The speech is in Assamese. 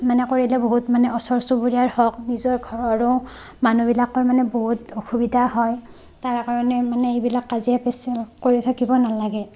মানে কৰিলে বহুত মানে ওচৰ চুবুৰীয়াৰ হওক নিজৰ ঘৰৰো মানুহবিলাকৰ মানে বহুত অসুবিধা হয় তাৰ কাৰণে মানে এইবিলাক কাজিয়া পেচাল কৰি থাকিব নালাগে